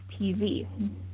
TV